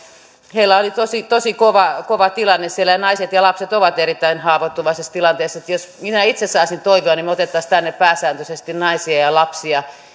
heillä oli tosi tosi kova kova tilanne siellä ja naiset ja lapset ovat erittäin haavoittuvaisessa tilanteessa jos minä itse saisin toivoa niin me ottaisimme tänne pääsääntöisesti naisia ja ja lapsia